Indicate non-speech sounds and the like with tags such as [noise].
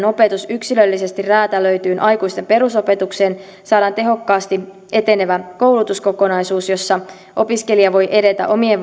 [unintelligible] opetus yksilöllisesti räätälöityyn aikuisten perusopetukseen saadaan tehokkaasti etenevä koulutuskokonaisuus jossa opiskelija voi edetä omien